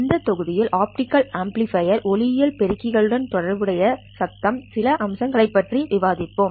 இந்த தொகுதியில் optical amplifier ஒளியியல் பெருக்கிகள்களுடன் தொடர்புடைய சத்தம் சில அம்சங்களைப் பற்றி விவாதிப்போம்